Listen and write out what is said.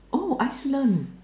oh Iceland